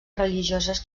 religioses